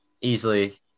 easily